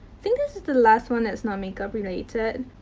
think this is the last one that's not makeup-related.